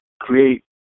create